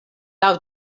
laŭ